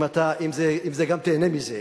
אם גם תיהנה מזה.